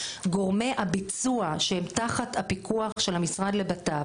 גורמי הביצוע שהם תחת הפיקוח של המשרד לבט"פ,